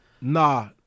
Nah